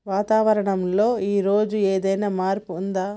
వాతావరణం లో ఈ రోజు ఏదైనా మార్పు ఉందా?